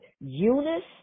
Eunice